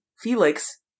Felix